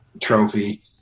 trophy